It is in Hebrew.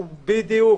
בדיוק.